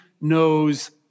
knows